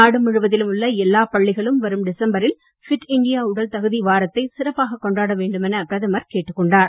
நாடு முழுவதிலும் உள்ள எல்லாப் பள்ளிகளும் வரும் டிசம்பரில் ஃபிட் இண்டியா உடல் தகுதி வாரத்தை சிறப்பாக கொண்டாட வேண்டும் என பிரதமர் கேட்டுக் கொண்டார்